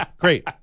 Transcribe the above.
great